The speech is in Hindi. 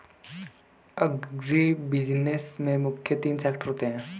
अग्रीबिज़नेस में मुख्य तीन सेक्टर होते है